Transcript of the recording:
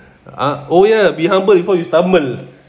ah oh ya be humble before you stumble